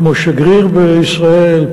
כמו שגריר בישראל,